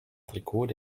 trikot